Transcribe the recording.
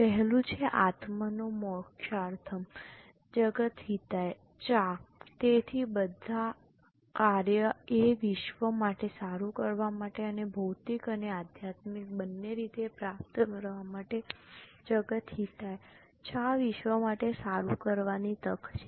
પહેલું છે આત્મનો મોક્ષાર્થમ જગત હિતાય ચા તેથી બધાં કાર્ય એ વિશ્વ માટે સારું કરવા માટે અને ભૌતિક અને આધ્યાત્મિક બંને રીતે પ્રાપ્ત કરવા માટે જગત હિતાય ચા વિશ્વ માટે સારું કરવાની તક છે